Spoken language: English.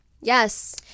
Yes